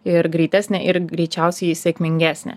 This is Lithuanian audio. ir greitesnė ir greičiausiai sėkmingesnė